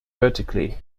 vertically